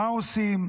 מה עושים,